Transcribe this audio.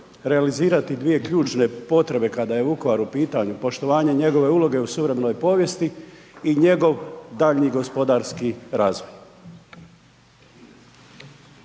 realizirati dvije ključne potrebe kada je Vukovar u pitanju, poštovanje njegove uloge u suvremenoj povijesti i njegov daljnji gospodarski razvoj.